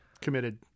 committed